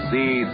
See